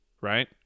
right